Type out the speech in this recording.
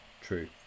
true